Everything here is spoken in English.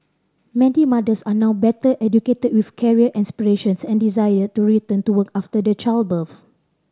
many mothers are now better educated with career aspirations and desire to return to work after the childbirth